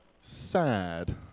sad